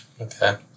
Okay